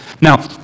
Now